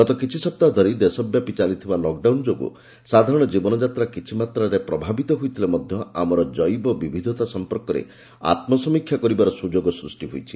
ଗତ କିଛି ସପ୍ତାହ ଧରି ଦେଶବ୍ୟାପି ଚାଲିଥିବା ଲକ୍ଡାଉନ ଯୋଗୁଁ ସାଧାରଣ ଜୀବନଯାତ୍ରା କିଛି ମାତ୍ରାରେ ପ୍ରଭାବିତ ହୋଇଥିଲେ ମଧ୍ୟ ଆମର ଜେବ ବିବିଧତା ସମ୍ପର୍କରେ ଆତ୍ମସମୀକ୍ଷା କରିବାର ସୁଯୋଗ ସୃଷ୍ଟି କରିଛି